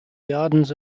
gardens